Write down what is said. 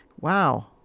wow